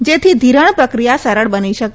જેથી ઘિરાણ પ્રક્રિયા સરળ બની શકે